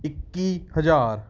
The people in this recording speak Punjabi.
ਇੱਕੀ ਹਜ਼ਾਰ